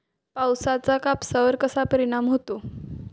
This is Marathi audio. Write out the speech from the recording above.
पावसाचा कापसावर कसा परिणाम होतो?